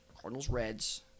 Cardinals-Reds